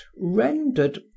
rendered